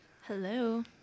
Hello